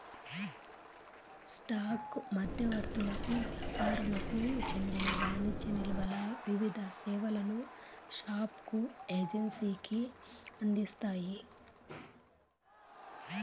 stock మధ్యవర్తులకు యాపారులకు చెందిన వాణిజ్య నిల్వలు వివిధ సేవలను స్పాక్ ఎక్సేంజికి అందిస్తాయి